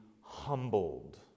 humbled